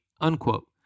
unquote